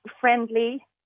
friendly